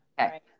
okay